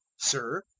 sir,